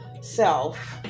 self